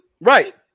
Right